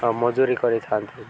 ମଜୁରି କରିଥାନ୍ତି